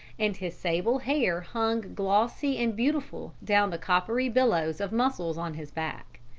and his sable hair hung glossy and beautiful down the coppery billows of muscles on his back.